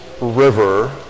river